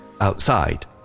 outside